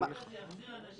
יחזיר אנשים